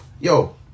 yo